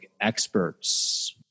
experts